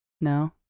No